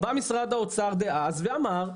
בא משרד האוצר דאז ואמר,